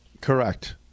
Correct